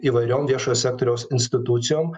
įvairiom viešojo sektoriaus institucijom